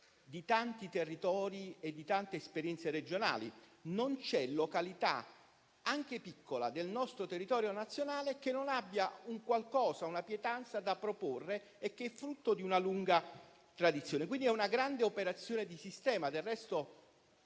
di tanti territori e di tante esperienze regionali: non c'è località, anche piccola, del nostro territorio nazionale che non abbia un qualcosa, una pietanza da proporre frutto di una lunga tradizione. Si tratta, pertanto, di una grande operazione di sistema. Del resto,